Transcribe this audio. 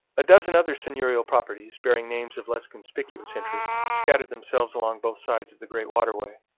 a dozen other seigneurial properties, bearing names of less conspicuous interest, scattered themselves along both sides of the great waterway.